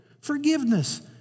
Forgiveness